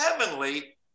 heavenly